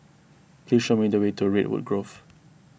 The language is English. please show me the way to Redwood Grove